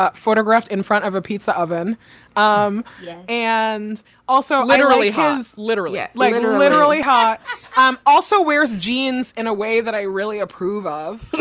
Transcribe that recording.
ah photographed in front of a pizza oven um and also literally has literally, ah like and literally ha um also wears jeans in a way that i really approve of,